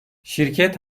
şirket